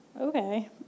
okay